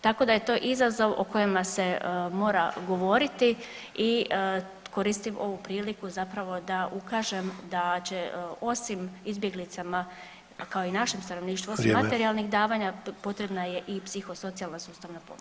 Tako da je to izazov o kojima se mora govoriti i koristim ovu priliku zapravo da ukažem da će osim izbjeglicama kao i našem stanovništvu [[Upadica: Vrijeme.]] osim materijalnih davanja potrebna je i psihosocijalna sustavna pomoć.